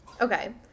Okay